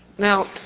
Now